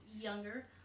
younger